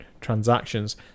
transactions